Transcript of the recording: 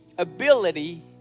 ability